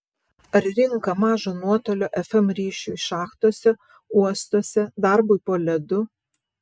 ar rinka mažo nuotolio fm ryšiui šachtose uostuose darbui po ledu